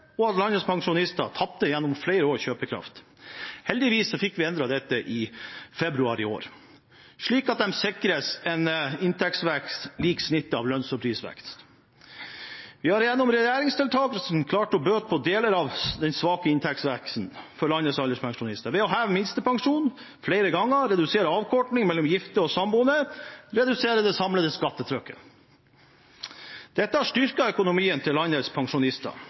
og at landets pensjonister gjennom flere år tapte kjøpekraft. Heldigvis fikk vi endret det i februar i år, slik at de sikres en inntektsvekst lik snittet av lønns- og prisvekst. Vi har gjennom regjeringsdeltakelsen klart å bøte på deler av den svake inntektsveksten for landets alderspensjonister. Ved å heve minstepensjonen flere ganger og redusere avkortning mellom gifte og samboende reduseres det samlede skattetrykket. Dette har styrket økonomien til landets pensjonister.